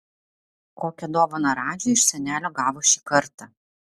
kokią dovaną radži iš senelio gavo šį kartą